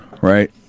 Right